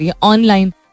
online